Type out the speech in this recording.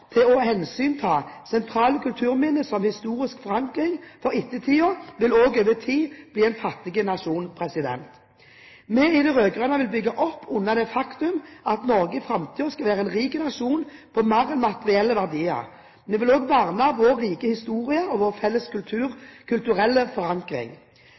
til å hensynta sentrale kulturminner som historisk forankring for ettertiden, vil også over tid bli en fattig nasjon. Vi i de rød-grønne vil bygge opp under det faktum at Norge også i framtiden skal være en rik nasjon på mer enn materielle verdier. Vi vil også verne vår rike historie og vår felles kulturelle forankring.